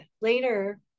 later